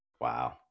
Wow